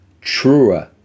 truer